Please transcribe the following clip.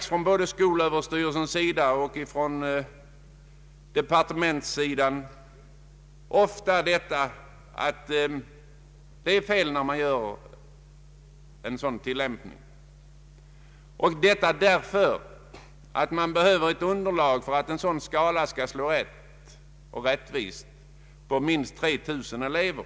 Från såväl skolöverstyrelsen som departementssidan har ofta anförts att en sådan tillämpning är felaktig. För att en sådan skala skall slå rättvist behöver man ett underlag på minst 3 000 elever.